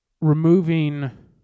removing